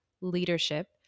leadership